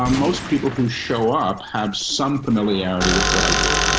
um most people who show up, have some familiarity with what i do,